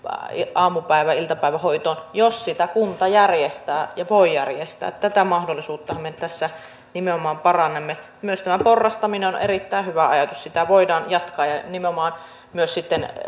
aamupäivä tai iltapäivähoitoon jos sitä kunta järjestää ja voi järjestää tätä mahdollisuutta me tässä nimenomaan parannamme myös tämä porrastaminen on on erittäin hyvä ajatus sitä voidaan jatkaa ja nimenomaan sitten